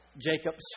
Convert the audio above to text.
Jacob's